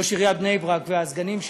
ראש עיריית בני-ברק והסגנים שלו,